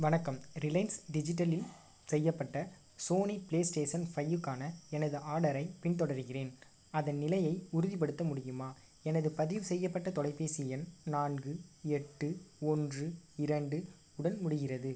வணக்கம் ரிலையன்ஸ் டிஜிட்டலில் செய்யப்பட்ட சோனி ப்ளே ஸ்டேசன் ஃபையிக்கான எனது ஆர்டரைப் பின் தொடர்கிறேன் அதன் நிலையை உறுதிப்படுத்த முடியுமா எனது பதிவுசெய்யப்பட்ட தொலைபேசி எண் நான்கு எட்டு ஒன்று இரண்டு உடன் முடிகிறது